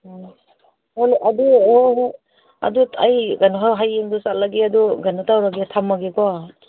ꯑꯣ ꯑꯣ ꯑꯗꯨ ꯍꯣꯏ ꯍꯣꯏ ꯑꯗꯨ ꯑꯩ ꯀꯩꯅꯣ ꯍꯌꯦꯡꯗꯨ ꯆꯠꯂꯒꯦ ꯑꯗꯨ ꯀꯩꯅꯣ ꯇꯧꯔꯒꯦ ꯊꯝꯂꯒꯦꯀꯣ